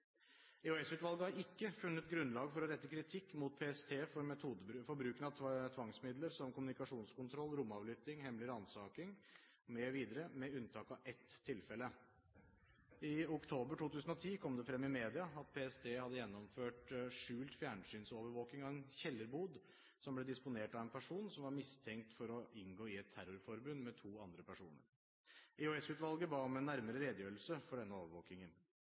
EOS-utvalget har ikke funnet grunnlag for å rette kritikk mot PST for bruken av tvangsmidler som kommunikasjonskontroll, romavlytting, hemmelig ransaking mv., med unntak av ett tilfelle. I oktober 2010 kom det frem i media at PST hadde gjennomført skjult fjernsynsovervåking av en kjellerbod som ble disponert av en person som var mistenkt for å inngå i et terrorforbund med to andre personer. EOS-utvalget ba om en nærmere redegjørelse for denne overvåkingen.